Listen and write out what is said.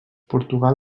portugal